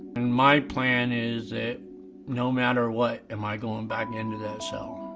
and my plan is that no matter what am i going back into that cell.